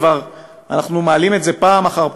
כבר אנחנו מעלים את זה פעם אחר פעם,